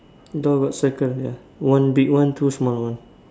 door got circle ya one big one two small one